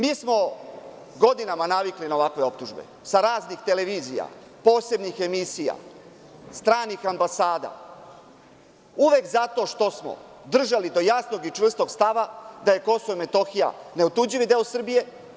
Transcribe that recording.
Mi smo godinama navikli na ovakve optužbe sa raznih televizija, posebnih emisija, stranih ambasada, uvek zato što smo držali do jasnog i čvrstog stava da je Kosovo i Metohija neotuđivi deo Srbije.